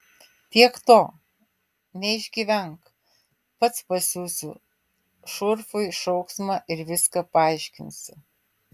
tiek to neišgyvenk pats pasiųsiu šurfui šauksmą ir viską paaiškinsiu